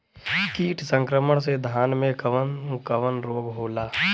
कीट संक्रमण से धान में कवन कवन रोग होला?